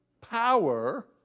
power